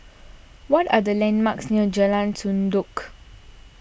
what are the landmarks near Jalan Sendudok